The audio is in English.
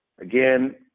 Again